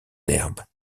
l’herbe